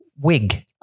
wig